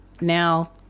now